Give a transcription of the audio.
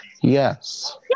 Yes